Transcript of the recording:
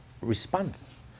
response